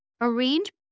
Arrange